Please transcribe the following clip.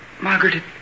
Margaret